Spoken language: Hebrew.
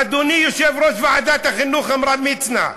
אדוני יושב-ראש ועדת החינוך עמרם מצנע,